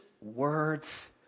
words